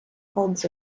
hold